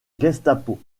gestapo